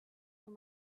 for